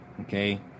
Okay